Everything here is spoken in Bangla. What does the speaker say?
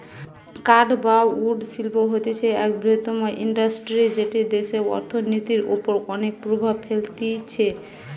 কাঠ বা উড শিল্প হতিছে এক বৃহত্তম ইন্ডাস্ট্রি যেটি দেশের অর্থনীতির ওপর অনেক প্রভাব ফেলতিছে